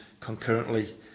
concurrently